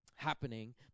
happening